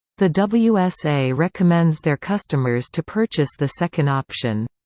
the wsa recommends their customers to purchase the second option.